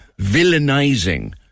villainizing